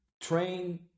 train